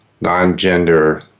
non-gender